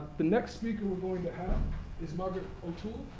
the next speaker we're going to have is marjorie o'toole,